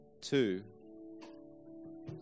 two